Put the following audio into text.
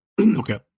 okay